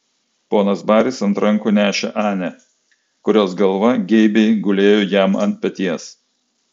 ponas baris ant rankų nešė anę kurios galva geibiai gulėjo jam ant peties